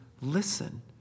listen